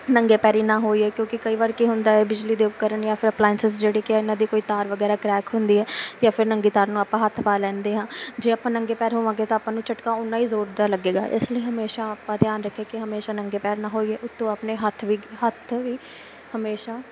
ਨੰਗੇ ਪੈਰੀਂ ਨਾ ਹੋਈਏ ਕਿਉਂਕਿ ਕਈ ਵਾਰ ਕੀ ਹੁੰਦਾ ਏ ਬਿਜਲੀ ਦੇ ਉਪਕਰਣ ਜਾਂ ਫਿਰ ਐਪਲਾਈਸਿੰਸ ਜਿਹੜੇ ਕਿ ਆ ਇਹਨਾਂ ਦੀ ਕੋਈ ਤਾਰ ਵਗੈਰਾ ਕਰੈਕ ਹੁੰਦੀ ਹੈ ਜਾਂ ਫਿਰ ਨੰਗੀ ਤਾਰ ਨੂੰ ਆਪਾਂ ਹੱਥ ਪਾ ਲੈਂਦੇ ਹਾਂ ਜੇ ਆਪਾਂ ਨੰਗੇ ਪੈਰ ਹੋਵਾਂਗੇ ਤਾਂ ਆਪਾਂ ਨੂੰ ਝਟਕਾ ਉੰਨਾਂ ਹੀ ਜ਼ੋਰ ਦਾ ਲੱਗੇਗਾ ਇਸ ਲਈ ਹਮੇਸ਼ਾਂ ਆਪਾਂ ਧਿਆਨ ਰੱਖੀਏ ਕਿ ਹਮੇਸ਼ਾਂ ਨੰਗੇ ਪੈਰ ਨਾ ਹੋਈਏ ਉੱਤੋਂ ਆਪਣੇ ਹੱਥ ਵੀ ਹੱਥ ਵੀ ਹਮੇਸ਼ਾਂ